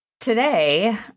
today